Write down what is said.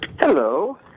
hello